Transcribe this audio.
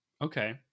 Okay